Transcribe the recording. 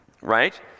right